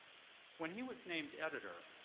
when he was named editor,